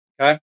Okay